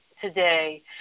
today